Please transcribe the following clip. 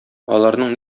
аларның